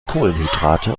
kohlenhydrate